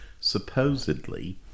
supposedly